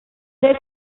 their